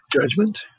judgment